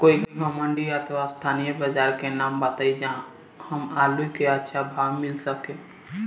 कोई मंडी अथवा स्थानीय बाजार के नाम बताई जहां हमर आलू के अच्छा भाव मिल सके?